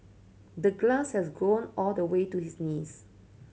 the grass had grown all the way to his knees